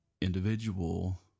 individual